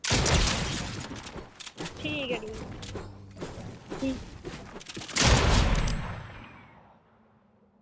ठीक ऐ ठीक ऐ ठीक